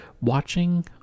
watching